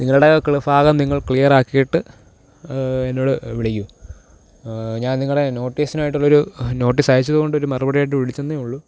നിങ്ങളുടെ ക്ലി ഭാഗം നിങ്ങള് ക്ലിയറാക്കിയിട്ട് എന്നോട് വിളിക്കൂ ഞാന് നിങ്ങളുടെ നോട്ടീസിനായിട്ടുള്ള ഒരു നോട്ടീസ് അയച്ചതുകൊണ്ട് ഒരു മറുപടിയായിട്ട് വിളിച്ചെന്നേയുള്ളൂ